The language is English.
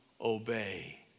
obey